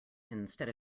instead